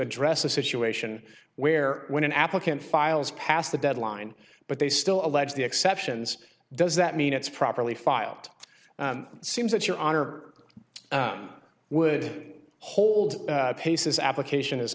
address a situation where when an applicant files past the deadline but they still allege the exceptions does that mean it's properly filed it seems that your honor would hold pace's application is